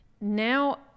Now